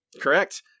Correct